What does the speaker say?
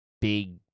big